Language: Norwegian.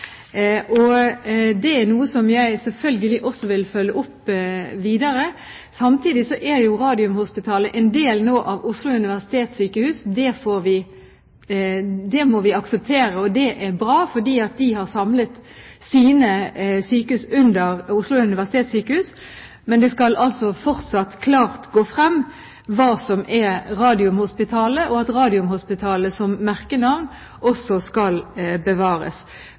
Det er noe jeg selvfølgelig også vil følge opp videre. Samtidig er Radiumhospitalet nå en del av Oslo universitetssykehus. Det må vi akseptere, og det er bra. De har samlet sine sykehus under Oslo universitetssykehus, men det skal fortsatt gå klart frem hva som er Radiumhospitalet, og Radiumhospitalet som merkenavn skal bevares.